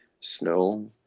snow